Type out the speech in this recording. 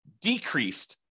decreased